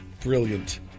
Brilliant